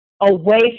away